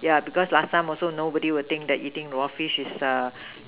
yeah because last time also nobody will think that eating raw fish is